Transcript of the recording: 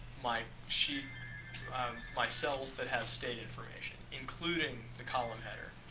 my sheet my cells that have state information including the column header.